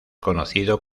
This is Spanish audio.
conocido